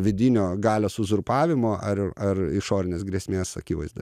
vidinio galios uzurpavimo ar ar išorinės grėsmės akivaizdoj